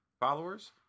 followers